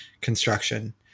construction